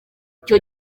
icyo